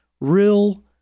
real